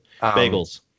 Bagels